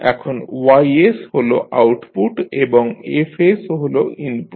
এখন Y হল output এবং F হল ইনপুট